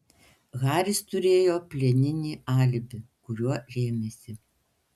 haris turėjo plieninį alibi kuriuo rėmėsi